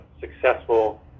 successful